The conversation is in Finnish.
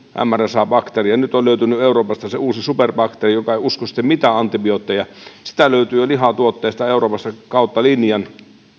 mrsa bakteeria nyt on löytynyt euroopasta se uusi superbakteeri joka ei usko sitten mitään antibiootteja sitä löytyy jo lihatuotteista euroopassa kautta linjan